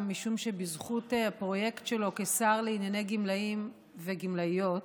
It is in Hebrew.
גם משום שבזכות הפרויקט שלו כשר לענייני גמלאים וגמלאיות